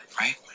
right